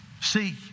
See